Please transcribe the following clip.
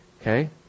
okay